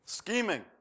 Scheming